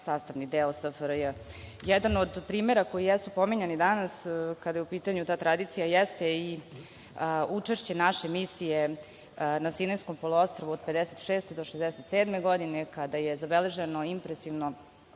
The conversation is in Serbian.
sastavni deo SFRJ.Jedan od primera koji jesu pominjani danas kada je u pitanju ta tradicija jeste i učešće naše misije na Sinajskom poluostrvu od 1965. do 1967. godine kada je zabeleženo impresivno